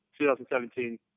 2017